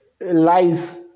lies